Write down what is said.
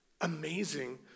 amazing